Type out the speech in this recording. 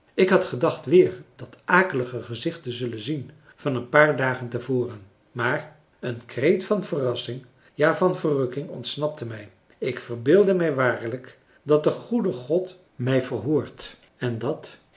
ik had gedacht weer dat akelige gezicht te zullen zien van een paar dagen te voren maar een kreet van verrassing ja van verrukking ontsnapte mij ik verbeeldde mij waarlijk dat de goede god mij verhoord en dat